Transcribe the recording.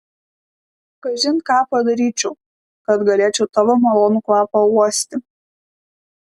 kažin ką padaryčiau kad galėčiau tavo malonų kvapą uosti